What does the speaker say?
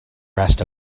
rest